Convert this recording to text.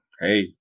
hey